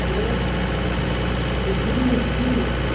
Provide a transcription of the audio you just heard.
press इस्त्री इस्त्री